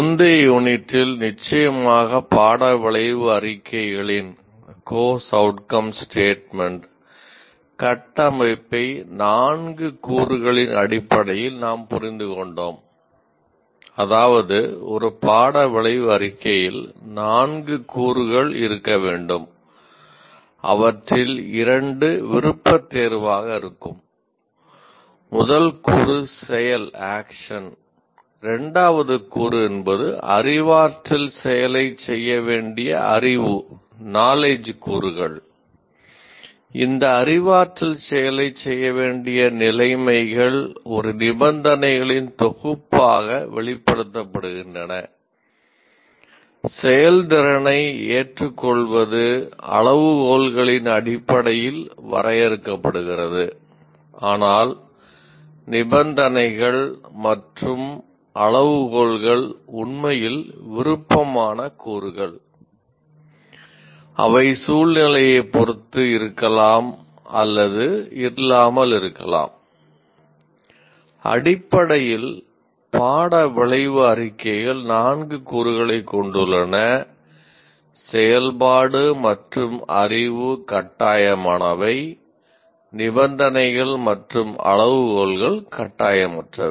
முந்தைய யூனிட்டில் நிச்சயமாக பாட விளைவு அறிக்கைகளின் அறிக்கைகள் நான்கு கூறுகளைக் கொண்டுள்ளன செயல்பாடு மற்றும் அறிவு கட்டாயமானவை நிபந்தனைகள் மற்றும் அளவுகோல்கள் கட்டாயமற்றவை